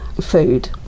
food